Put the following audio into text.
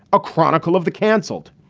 a chronicle of the canceled.